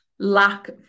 Lack